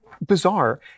bizarre